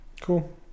cool